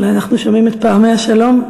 אולי אנחנו שומעים את פעמי השלום.